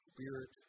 Spirit